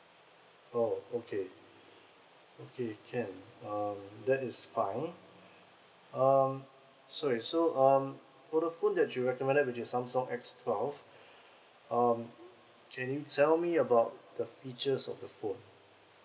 orh okay okay can um that is fine um sorry so um for the phone that you recommended which is samsung S twelve um can you tell me about the features of the phone